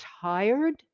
tired